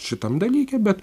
šitam dalyke bet